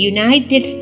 United